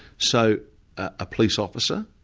so a police officer,